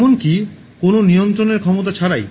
এমনকি কোনও নিয়ন্ত্রণের ক্ষমতা ছাড়াই